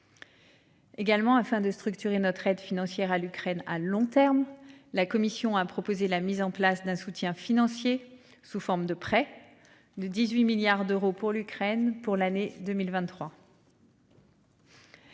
Également afin de structurer notre aide financière à l'Ukraine à long terme, la Commission a proposé la mise en place d'un soutien financier sous forme de près. De 18 milliards d'euros pour l'Ukraine pour l'année 2023.